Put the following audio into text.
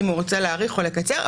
אם הוא ירצה להאריך או לקצר.